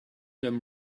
them